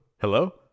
Hello